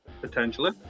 potentially